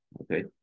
Okay